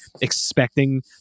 expecting